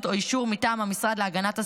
או אישור מטעם המשרד להגנת הסביבה,